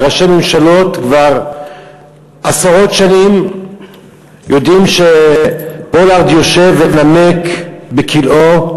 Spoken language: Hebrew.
ראשי ממשלות כבר עשרות שנים יודעים שפולארד יושב ונמק בכלאו,